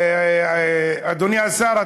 אדוני השר,